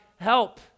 help